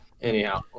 anyhow